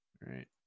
Right